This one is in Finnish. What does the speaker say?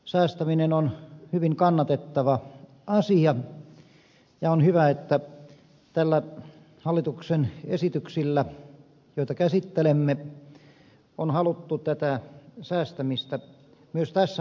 säästäminen on hyvin kannatettava asia ja on hyvä että hallituksen esityksillä joita käsittelemme on haluttu tätä säästämistä myös tässä muodossa edistää